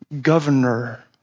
governor